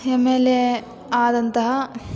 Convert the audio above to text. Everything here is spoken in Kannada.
ಎಮ್ ಎಲ್ ಎ ಆದಂತಹ